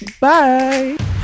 Bye